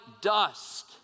dust